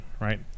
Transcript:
right